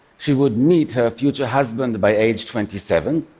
she would meet her future husband by age twenty seven,